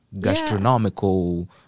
gastronomical